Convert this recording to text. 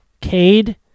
Cade